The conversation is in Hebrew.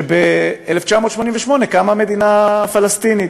שב-1948 קמה מדינה פלסטינית.